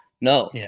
No